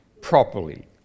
properly